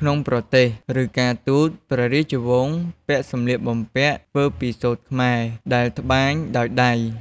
ក្នុងប្រទេស ឬ ការទូត ព្រះរាជវង្សពាក់សម្លៀកបំពាក់ធ្វើពីសូត្រខ្មែរ ដែលត្បាញដោយដៃ។